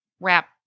wrap